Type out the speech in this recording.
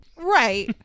Right